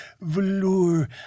velour